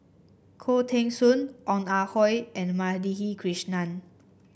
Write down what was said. Khoo Teng Soon Ong Ah Hoi and Madhavi Krishnan